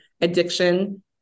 addiction